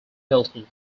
melting